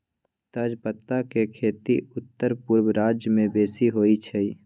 तजपत्ता के खेती उत्तरपूर्व राज्यमें बेशी होइ छइ